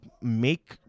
make